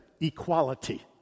equality